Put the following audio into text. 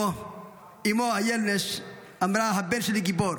אימו איילנש אמרה: הבן שלי גיבור,